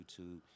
youtube